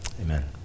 amen